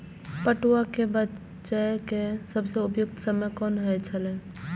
पटुआ केय बेचय केय सबसं उपयुक्त समय कोन होय छल?